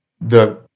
the-